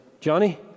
Johnny